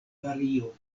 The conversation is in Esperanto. vario